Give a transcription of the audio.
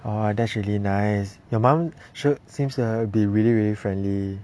!wah! that's really nice your mom she seems to be really really friendly